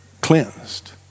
cleansed